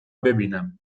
ببینم